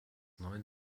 neun